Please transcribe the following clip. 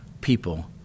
people